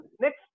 next